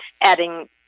adding